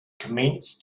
commenced